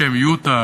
בשם יוטה,